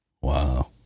Wow